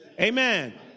Amen